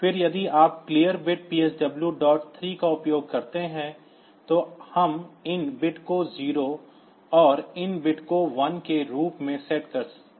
फिर यदि आप clear बिट PSW डॉट 3 का उपयोग करते हैं तो हम इन बिट को 0 और इन बिट को 1 के रूप में सेट कर रहे हैं